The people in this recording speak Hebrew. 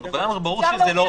זה לגמרי ברור שזו לא חובה רגשית.